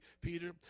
Peter